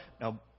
now